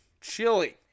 chili